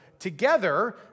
Together